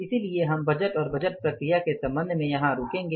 इसलिए हम बजट और बजट प्रक्रिया के संबंध में यहां रुकेंगे